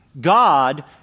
God